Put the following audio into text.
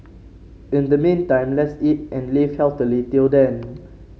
in the meantime let's eat and live healthily till then